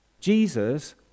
Jesus